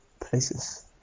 places